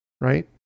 right